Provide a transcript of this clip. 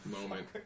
moment